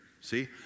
See